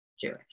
Jewish